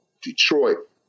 Detroit